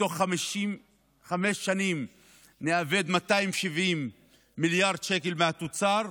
שתוך חמש שנים נאבד 270 מיליארד שקל מהתוצר,